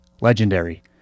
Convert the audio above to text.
legendary